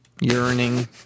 Yearning